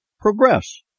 progress